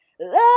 love